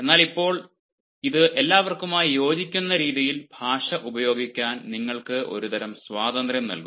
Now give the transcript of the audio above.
എന്നാൽ ഇപ്പോൾ ഇത് എല്ലാവർക്കുമായി യോജിക്കുന്ന രീതിയിൽ ഭാഷ ഉപയോഗിക്കാൻ നിങ്ങൾക്ക് ഒരുതരം സ്വാതന്ത്ര്യം നൽകുന്നു